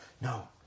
No